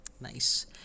nice